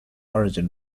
origin